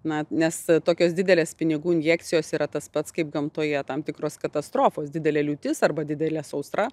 na nes tokios didelės pinigų injekcijos yra tas pats kaip gamtoje tam tikros katastrofos didelė liūtis arba didelė sausra